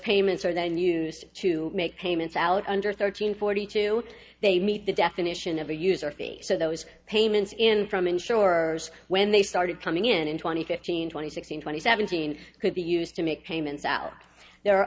payments are then used to make payments out under thirteen forty two they meet the definition of a user fee so those payments in from insure when they started coming in in twenty fifteen twenty sixteen twenty seventeen could be used to make payments out there are